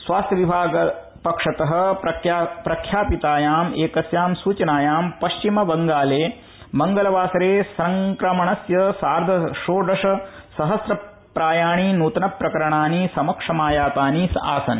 स्वास्थ्यविभाग पक्षतः प्रख्यापितायाम् एकस्यां सूचनायां पश्चिम बंगाले मंगलवासरे संक्रमणस्य सार्ध षोडश सहस्र प्रायाणि नूतन प्रकरणानि समक्षमायातानि आसन्